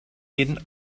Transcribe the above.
jeden